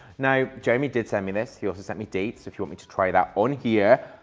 now jeremy did send me this. he also sent me dates if you want me to try that on here,